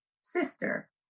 sister